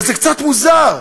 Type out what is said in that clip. וזה קצת מוזר,